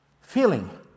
feeling